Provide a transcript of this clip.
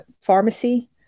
pharmacy